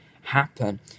happen